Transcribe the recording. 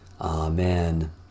Amen